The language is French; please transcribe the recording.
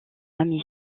ami